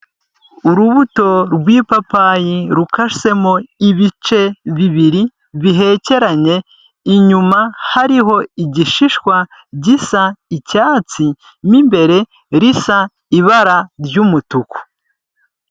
Urubuto rw'ipapayi rukasemo ibice bibiri bihekeranye, inyuma hariho igishishwa gisa icyatsi mu imbere risa ibara ry'umutuku.